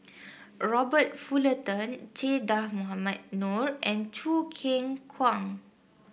Robert Fullerton Che Dah Mohamed Noor and Choo Keng Kwang